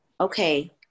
okay